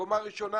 קומה ראשונה,